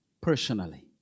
personally